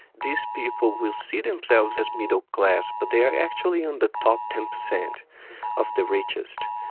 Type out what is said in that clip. these people will see themselves as middle class but they are actually in the top ten percent of the richest.